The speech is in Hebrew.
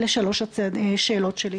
אלה שלוש השאלות שלי.